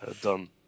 done